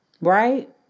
Right